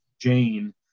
Jane